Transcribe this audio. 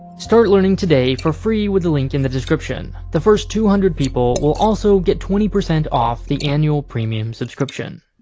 start learning today for free with the link in the description. the first two hundred people will also get twenty percent off the annual premium subscription.